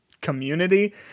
community